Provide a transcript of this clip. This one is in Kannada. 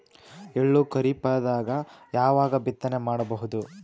ಎಳ್ಳು ಖರೀಪದಾಗ ಯಾವಗ ಬಿತ್ತನೆ ಮಾಡಬಹುದು?